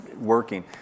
working